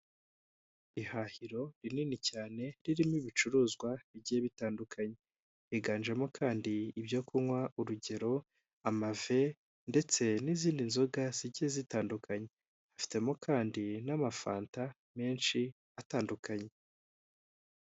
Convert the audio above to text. Ihahiro rinini cyane ririmo ibicuruzwa bigiye bitandukanye, higanjemo kandi ibyo kunywa urugero, amave ndetse n'izindi nzoga zigiye zitandukanye, ifitemo kandi n'amafanta menshi atandukanye.